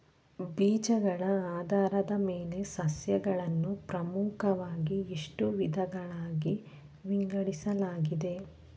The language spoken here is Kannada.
ಬೀಜಗಳ ಆಧಾರದ ಮೇಲೆ ಸಸ್ಯಗಳನ್ನು ಪ್ರಮುಖವಾಗಿ ಎಷ್ಟು ವಿಧಗಳಾಗಿ ವಿಂಗಡಿಸಲಾಗಿದೆ?